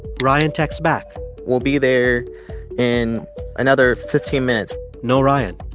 ryan texts back we'll be there in another fifteen minutes no ryan